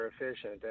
efficient